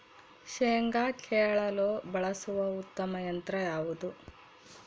ಶೇಂಗಾ ಕೇಳಲು ಬಳಸುವ ಉತ್ತಮ ಯಂತ್ರ ಯಾವುದು?